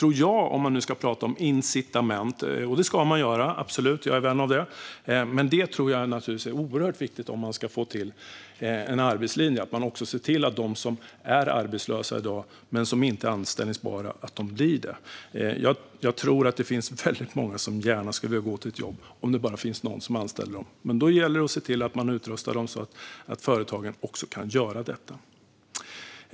Om man nu ska prata om incitament - och det ska man absolut göra; jag är vän av det - tror jag att det är oerhört viktigt för att få till en arbetslinje att de som i dag är arbetslösa men inte anställbara blir det. Jag tror att det finns väldigt många som gärna skulle vilja gå till ett jobb om det bara fanns någon som anställde dem. Då gäller det att se till att utrusta dem så att företagen kan göra detta.